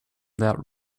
that